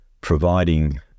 providing